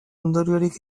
ondoriorik